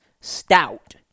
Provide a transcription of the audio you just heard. stout